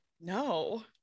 no